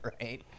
right